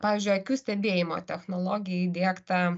pavyzdžiui akių stebėjimo technologija įdiegta